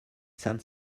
san